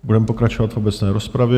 Budeme pokračovat v obecné rozpravě.